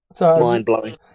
mind-blowing